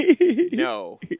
No